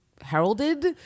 heralded